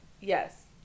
Yes